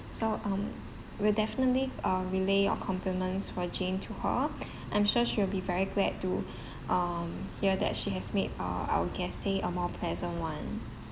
so um we'll definitely um relay your compliments for jane to her I'm sure she'll be very glad to um hear that she has made uh our guest's stay a more pleasant one